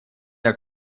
der